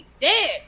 dead